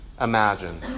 imagine